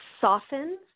softens